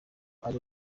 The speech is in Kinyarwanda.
ari